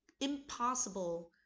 impossible